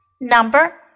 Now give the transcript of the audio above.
Number